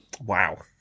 wow